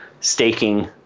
staking